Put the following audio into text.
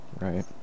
Right